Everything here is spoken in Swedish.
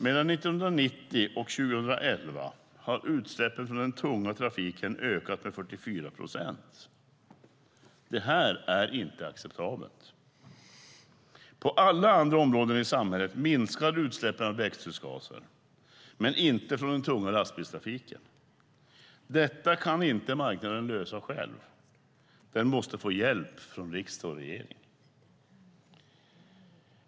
Mellan 1990 och 2011 har utsläppen från den tunga trafiken ökat med 44 procent. Det är inte acceptabelt. På alla andra områden i samhället minskar utsläppen av växthusgaser, men inte från den tunga lastbilstrafiken. Detta kan inte marknaden lösa själv. Den måste få hjälp från riksdag och regering.